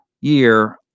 year